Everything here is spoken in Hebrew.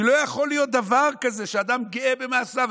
כי לא יכול להיות דבר כזה שאדם גאה במעשיו.